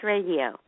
Radio